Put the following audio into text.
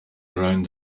around